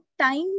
time